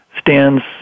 Stands